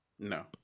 no